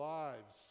lives